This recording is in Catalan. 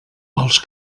als